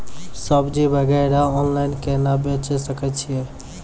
सब्जी वगैरह ऑनलाइन केना बेचे सकय छियै?